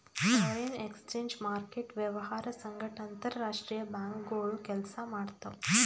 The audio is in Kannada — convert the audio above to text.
ಫಾರೆನ್ ಎಕ್ಸ್ಚೇಂಜ್ ಮಾರ್ಕೆಟ್ ವ್ಯವಹಾರ್ ಸಂಗಟ್ ಅಂತರ್ ರಾಷ್ತ್ರೀಯ ಬ್ಯಾಂಕ್ಗೋಳು ಕೆಲ್ಸ ಮಾಡ್ತಾವ್